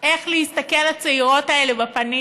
איך להסתכל לצעירות האלה בפנים.